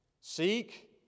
Seek